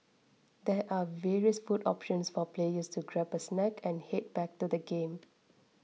there are various food options for players to grab a snack and head back to the game